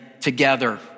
together